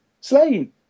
slain